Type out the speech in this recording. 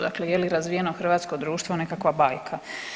Dakle, je li razvijeno hrvatsko društvo nekakva bajka?